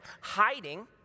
hiding